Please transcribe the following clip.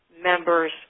members